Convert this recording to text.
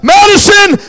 Madison